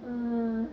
err